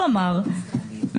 אתה תמשיך בקידום החוק הזה,